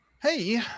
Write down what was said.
Hey